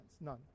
none